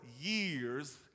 years